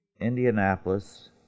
Indianapolis